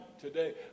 today